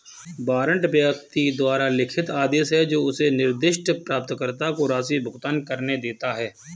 warrant व्यक्ति द्वारा लिखित आदेश है जो उसे निर्दिष्ट प्राप्तकर्ता को राशि भुगतान करने देता है